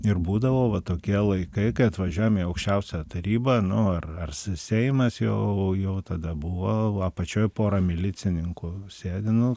ir būdavo va tokie laikai kai atvažiuojam į aukščiausiąją tarybą no ar ar seimas jau jau tada buvo apačioj pora milicininkų sėdi nu